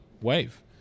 wave